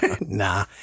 Nah